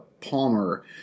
Palmer